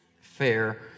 fair